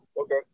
okay